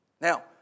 Now